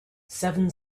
seven